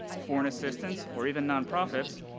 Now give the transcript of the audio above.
foreign assistance, or even non-profits,